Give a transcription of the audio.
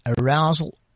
arousal